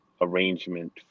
arrangement